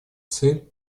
цель